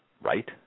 right